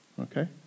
Okay